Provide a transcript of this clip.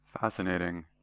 Fascinating